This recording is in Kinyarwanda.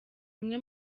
umwe